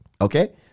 okay